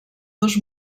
dos